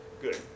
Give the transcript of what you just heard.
Good